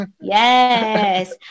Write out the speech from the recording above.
yes